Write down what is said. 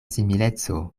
simileco